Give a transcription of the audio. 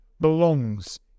belongs